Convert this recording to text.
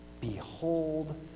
behold